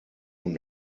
und